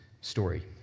story